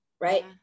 right